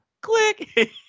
Click